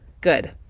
Good